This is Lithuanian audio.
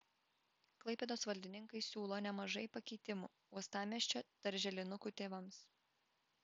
klaipėdos valdininkai siūlo nemažai pakeitimų uostamiesčio darželinukų tėvams